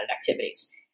activities